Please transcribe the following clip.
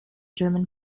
german